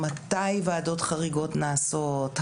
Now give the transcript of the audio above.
מתי ועדות חריגות נעשות,